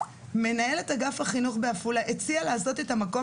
מנהלת אגף החינוך בעפולה הציעה לעשות את המקום